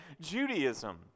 Judaism